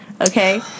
okay